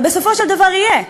אבל בסופו של דבר יהיה.